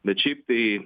bet šiaip tai